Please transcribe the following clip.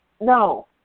No